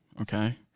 Okay